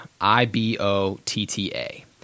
I-B-O-T-T-A